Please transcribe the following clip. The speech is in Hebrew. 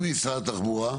מי ממשרד התחבורה?